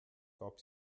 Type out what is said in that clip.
gab